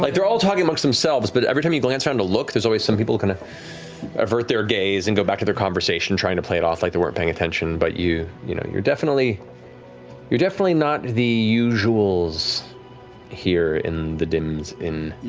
like they're all talking amongst themselves, but every time you glance around to look, there's always some people kind of avert their gaze and go back to their conversation, trying to play it off like they weren't paying attention, but you know you're definitely you're definitely not the usuals here in the dim's inn.